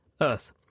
earth